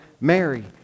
Mary